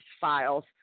files